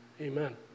Amen